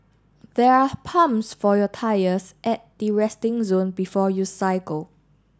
there are pumps for your tyres at the resting zone before you cycle